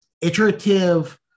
iterative